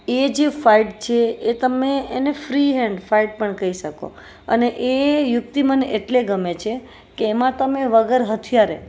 એ જે ફાઇટ છે એ તમે ફ્રી હેન્ડ ફાઈટ પણ કહી શકો એ યુક્તિ મને એટલે ગમે છે કે એમાં તમે વગર હથિયારે